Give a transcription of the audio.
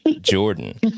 Jordan